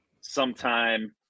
sometime